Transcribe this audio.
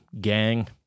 gang